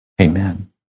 Amen